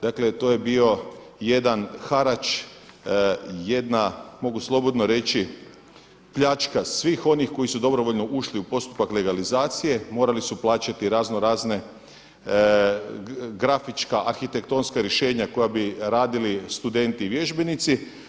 Dakle, to je bio jedan harač, jedna mogu slobodno reći pljačka svih onih koji su dobrovoljno ušli u postupak legalizacije, morali su plaćati raznorazna grafička arhitektonska rješenja koja bi radili studenti i vježbenici.